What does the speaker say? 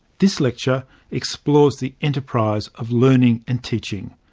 this lecture explores the enterprise of learning and teaching.